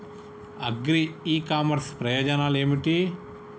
Agri e commerce ప్రయోజనాలు ఏమిటి?